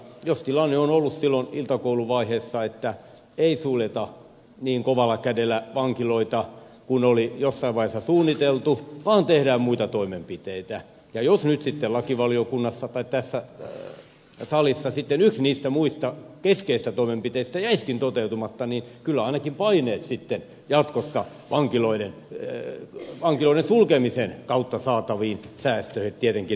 jos tilanne on ollut silloin iltakouluvaiheessa että ei suljeta niin kovalla kädellä vankiloita niin kuin oli jossain vaiheessa suunniteltu vaan tehdään muita toimenpiteitä ja jos nyt sitten lakivaliokunnassa tai tässä salissa yksi niistä muista keskeisistä toimenpiteistä jäisikin toteutumatta niin kyllä ainakin paineet jatkossa vankiloiden sulkemisen kautta saataviin säästöihin tietenkin lisääntyisivät